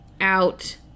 Out